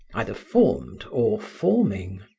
either formed or forming.